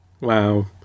Wow